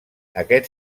aquest